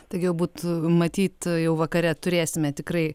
tai galbūt matyt jau vakare turėsime tikrai